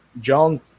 John